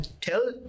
Tell